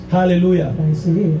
Hallelujah